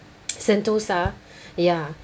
sentosa ya